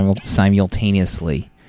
simultaneously